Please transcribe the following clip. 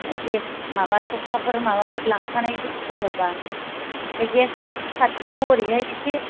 gas माबा सौखाफोर माबाफोर लांखानाय दंबा बे गेस्ट हाउस खाथियाव ओरैहाय एसे